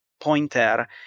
pointer